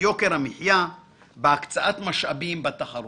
ביוקר המחייה, בהקצאת משאבים, בתחרות.